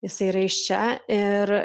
jisai yra iš čia ir